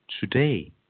Today